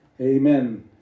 Amen